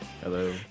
Hello